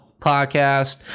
podcast